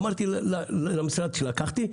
אמרתי למשרד שלקחתי,